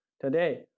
Today